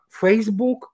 facebook